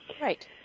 Right